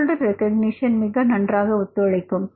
folder recognition மிக நன்றாக ஒத்துழைக்கும்